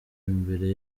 imbere